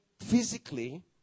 physically